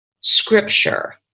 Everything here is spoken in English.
scripture